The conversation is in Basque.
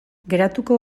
geratuko